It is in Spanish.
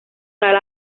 tal